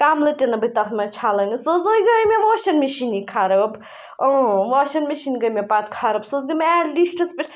کَملہٕ تہِ نہٕ بہٕ تَتھ منٛز چھَلٲنٕے سۄ حظ گٔیےٚ واشنٛگ مِشیٖنی خراب واشنٛگ مِشیٖن گٔیٚے مےٚ پَتہٕ خراب سُہ حظ گٔیٚے مےٚ اٮ۪ٹلیٖسٹَس پٮ۪ٹھ